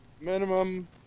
Minimum